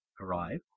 arrive